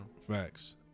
Facts